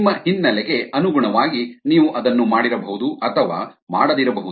ನಿಮ್ಮ ಹಿನ್ನೆಲೆಗೆ ಅನುಗುಣವಾಗಿ ನೀವು ಅದನ್ನು ಮಾಡಿರಬಹುದು ಅಥವಾ ಮಾಡದಿರಬಹುದು